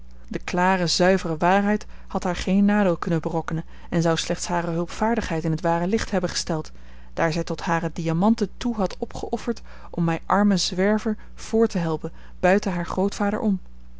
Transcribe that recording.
de klare zuivere waarheid had haar geen nadeel kunnen berokkenen en zou slechts hare hulpvaardigheid in t ware licht hebben gesteld daar zij tot hare diamanten toe had opgeofferd om mij armen zwerver voort te helpen buiten haar grootvader om